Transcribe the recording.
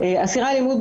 אסירי אלמ"ב,